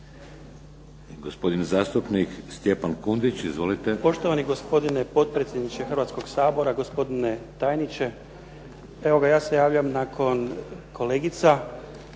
Gospodin zastupnik Stjepan Kundić. Izvolite. **Kundić, Stjepan (HDZ)** Poštovani gospodine potpredsjedniče Hrvatskoga sabora, gospodine tajniče. Ja se javljam nakon kolegica